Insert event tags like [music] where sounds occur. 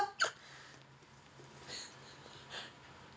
[breath]